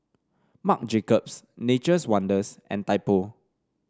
Marc Jacobs Nature's Wonders and Typo